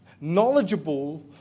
knowledgeable